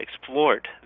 explored